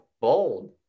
bold